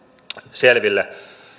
selville